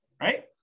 right